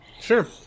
Sure